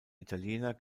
italiener